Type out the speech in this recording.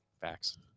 Facts